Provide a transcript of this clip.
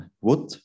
wood